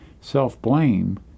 Self-blame